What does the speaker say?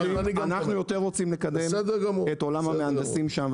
יותר רוצים לקדם את עולם המהנדסים שם,